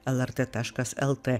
lrt taškas lt